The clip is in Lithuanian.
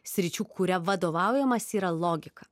sričių kuria vadovaujamasi yra logika